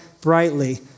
brightly